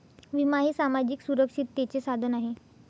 विमा हे सामाजिक सुरक्षिततेचे साधन आहे